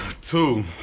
two